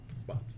spots